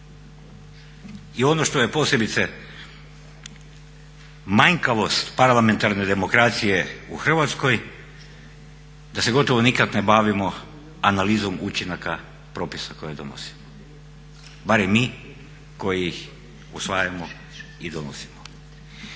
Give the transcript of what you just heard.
i ono što je posebice manjkavost parlamentarne demokracije u Hrvatskoj, da se gotovo nikad ne bavimo analizom učinaka propisa koje donosimo, barem mi koji ih usvajamo i donosimo.